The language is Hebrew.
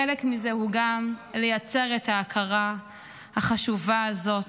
חלק מזה הוא גם לייצר את ההכרה החשובה הזאת.